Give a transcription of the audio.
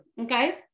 okay